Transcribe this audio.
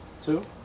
Two